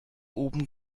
oben